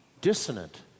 dissonant